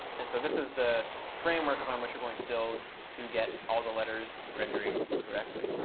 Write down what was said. and so this is the framework upon which you're going to build to get all the letters rendering correctly.